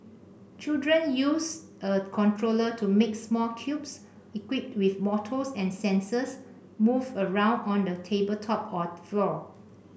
children use a controller to make small cubes equipped with motors and sensors move around on a tabletop or floor